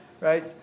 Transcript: right